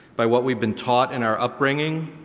by what we've been taught in our upbringing,